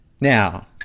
now